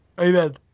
Amen